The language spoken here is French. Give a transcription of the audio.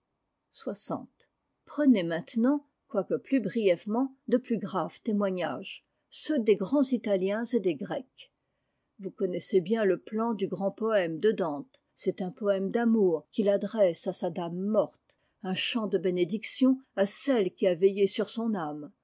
quolqueplusbrièvement de plus graves témoignages ceux des grands italiens et des grecs vous connaissez bien le plan du grand poème dedante c'est un poèmed'amour qu'il adresse à sa dame morte un chant de bénédiction à celle qui a veillé sur son âme